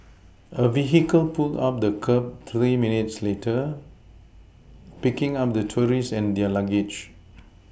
a vehicle pulled up by the kerb three minutes later picking up the tourists and their luggage